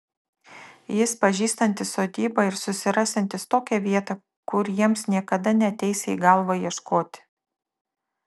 jis pažįstantis sodybą ir susirasiantis tokią vietą kur jiems niekada neateisią į galvą ieškoti